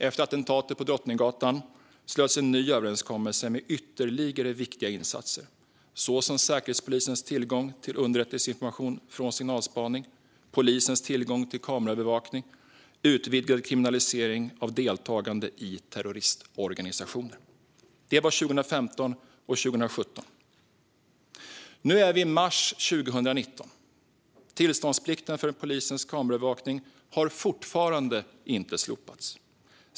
Efter attentatet på Drottninggatan slöts en ny överenskommelse med ytterligare viktiga insatser såsom Säkerhetspolisens tillgång till underrättelseinformation från signalspaning, polisens tillgång till kameraövervakning och utvidgad kriminalisering av deltagande i terroristorganisationer. Det var 2015 och 2017. Nu är vi i mars 2019. Tillståndsplikten för polisens kameraövervakning har fortfarande inte slopats.